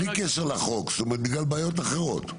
בלי קשר לחוק, זאת אומרת בגלל בעיות אחרות?